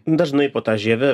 dažnai po ta žieve